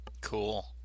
Cool